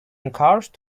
encouraged